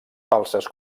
falses